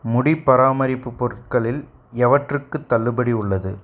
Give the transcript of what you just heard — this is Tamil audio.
முடி பராமரிப்பு பொருட்களில் எவற்றுக்கு தள்ளுபடி உள்ளது